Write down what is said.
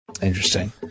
Interesting